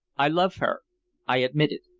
i love her i admit it.